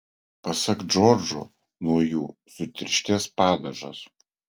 pasak džordžo nuo jų sutirštės padažas